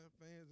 fans